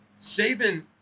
Saban